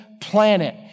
planet